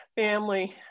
family